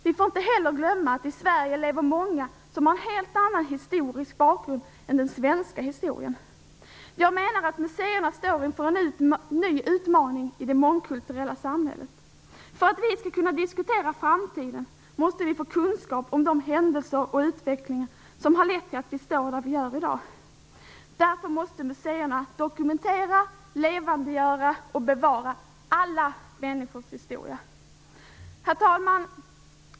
Vi får inte heller glömma att i Sverige lever många som har en helt annan historisk bakgrund än den svenska. Jag menar att museerna står inför en ny utmaning i det mångkulturella samhället. För att vi skall kunna diskutera framtiden måste vi få kunskap om de händelser och den utveckling som har lett till att vi står där vi är i dag. Därför måste museerna dokumentera, levandegöra och bevara alla människors historia. Herr talman!